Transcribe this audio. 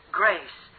grace